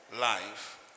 life